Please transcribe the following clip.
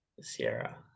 sierra